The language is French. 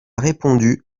répondu